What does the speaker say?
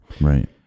Right